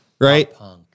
Right